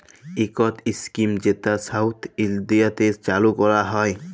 ইকট ইস্কিম যেট সাউথ ইলডিয়াতে চালু ক্যরা হ্যয়